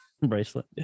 bracelet